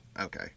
okay